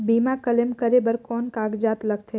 बीमा क्लेम करे बर कौन कागजात लगथे?